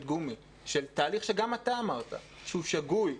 גומי של תהליך שגם אתה אמרת שהוא שגוי,